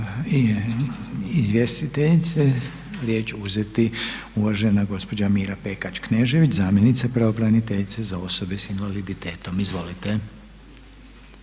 izvjestiteljice riječ uzeti uvažena gospođa Mira Pekeč Knežević, zamjenica pravobraniteljice za osobe sa invaliditetom. Izvolite.